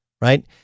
Right